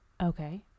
Okay